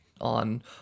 on